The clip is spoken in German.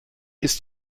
ist